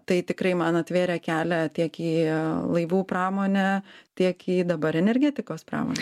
tai tikrai man atvėrė kelią tiek į laivų pramonę tiek į dabar energetikos pramonę